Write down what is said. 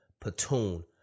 platoon